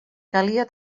calia